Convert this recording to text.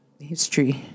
History